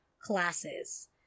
classes